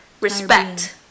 respect